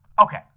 Okay